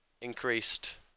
increased